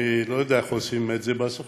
אני לא יודע איך עושים את בסוכנות,